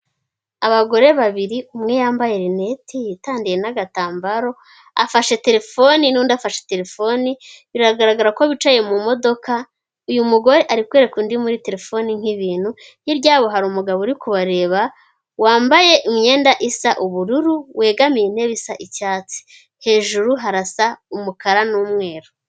Abagore babiri umwe yambaye rineti yitandiye n'agatambaro, afashe telefoni n'undi afashe telefoni, biragaragara ko bicaye mu modoka, uyu mugore ari kwereka undi muri telefoni nk'ibintu, hirya yabo hari umugabo uri kubareba, wambaye imyenda isa ubururu, wegamiye intebe isa icyatsi, hejuru harasa umukara n'umweru.